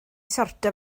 sortio